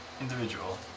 individual